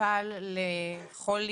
נפל לחולי,